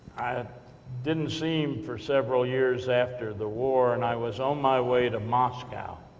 i didn't see him for several years after the war, and i was on my way to moscow,